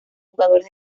jugadores